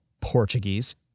Portuguese